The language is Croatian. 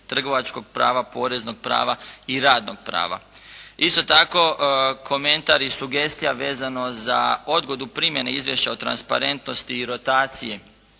trgovačkog prava, poreznog prava i radnog prava. Isto tako komentar i sugestija vezano za odgodu primjene Izvješća o transparentnosti i rotaciji